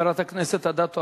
חברת הכנסת אדטו,